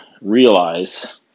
realize